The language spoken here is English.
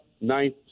ninth